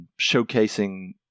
showcasing